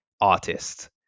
artist